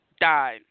died